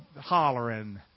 hollering